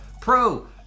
Pro